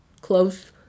Close